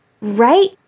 right